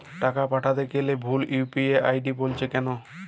টাকা পাঠাতে গেলে ভুল ইউ.পি.আই আই.ডি বলছে কেনো?